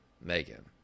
megan